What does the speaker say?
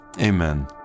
amen